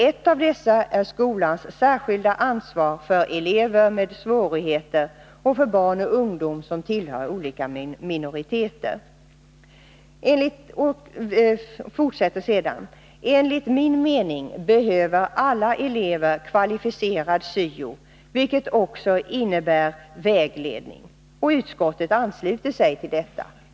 Ett av dessa är skolans särskilda ansvar för elever med svårigheter och för barn och ungdom som tillhör olika minoriteter.” Och statsrådet fortsätter: ”Enligt min mening behöver alla elever kvalificerad syo, vilket också innebär vägledning.” Utskottet ansluter sig till detta.